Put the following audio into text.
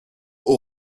aux